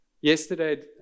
Yesterday